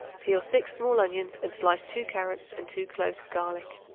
peel six small onions and slice two carrots and two cloves of garlic.